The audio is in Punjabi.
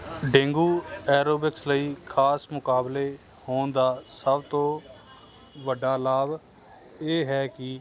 ਡੇਂਗੂ ਐਰੋਬਿਕਸ ਲਈ ਖਾਸ ਮੁਕਾਬਲੇ ਹੋਣ ਦਾ ਸਭ ਤੋਂ ਵੱਡਾ ਲਾਭ ਇਹ ਹੈ ਕਿ